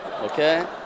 okay